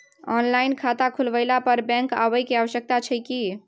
Online खाता खुलवैला पर बैंक आबै के आवश्यकता छै की?